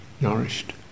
nourished